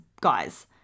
guys